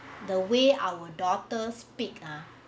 the way our daughters speak ah